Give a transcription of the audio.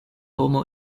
homo